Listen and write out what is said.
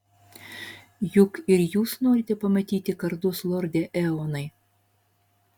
juk ir jūs norite pamatyti kardus lorde eonai